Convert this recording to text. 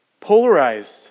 Polarized